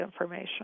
information